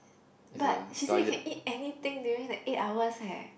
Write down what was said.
but she say can eat anything during the eight hours eh